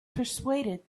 persuaded